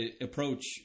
approach